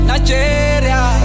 Nigeria